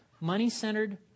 money-centered